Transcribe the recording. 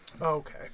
okay